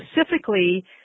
specifically